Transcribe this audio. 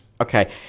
okay